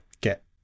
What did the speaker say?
get